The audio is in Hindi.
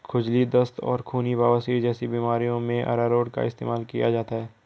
खुजली, दस्त और खूनी बवासीर जैसी बीमारियों में अरारोट का इस्तेमाल किया जाता है